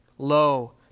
Lo